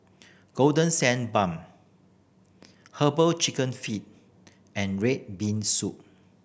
Golden Sand Bun Herbal Chicken Feet and red bean soup